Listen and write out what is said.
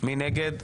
מי נגד?